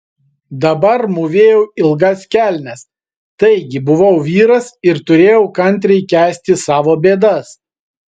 dabar mūvėjau ilgas kelnes taigi buvau vyras ir turėjau kantriai kęsti savo bėdas